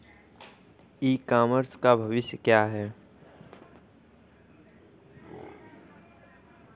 ई commerce का भविष्य क्या है?